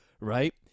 right